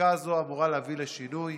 החקיקה הזו אמורה להביא לשינוי.